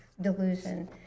delusion